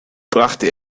brachte